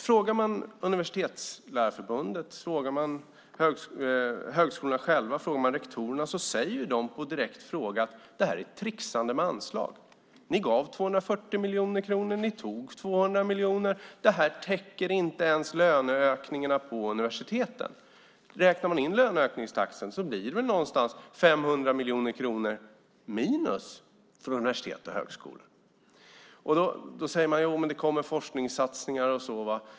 Man kan fråga Universtitetslärarförbundet. Man kan fråga högskolorna själva. Man kan fråga rektorerna. Då svarar de på en direkt fråga: Det här är ett tricksande med anslag. Ni gav 240 miljoner kronor. Ni tog 200 miljoner. Det här täcker inte ens löneökningarna på universiteten. Räknar man in löneökningstakten blir det väl någonstans runt 500 miljoner kronor minus för universitet och högskolor. Då säger man: Jo, men det kommer forskningssatsningar och så vidare.